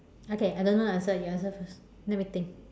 okay I don't know the answer you answer first let me think